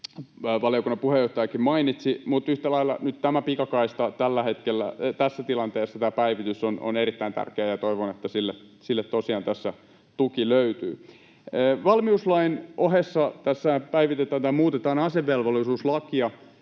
valiokunnan puheenjohtajakin mainitsi, mutta yhtä lailla nyt tämä pikakaista tässä tilanteessa, tämä päivitys, on erittäin tärkeä, ja toivon, että sille tosiaan tässä tuki löytyy. Valmiuslain ohessa tässä muutetaan asevelvollisuuslakia,